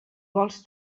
vols